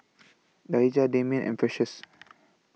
Daija Damian and Precious